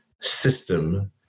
system